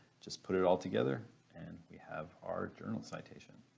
just put it all together and we have our journal citation.